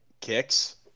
Kicks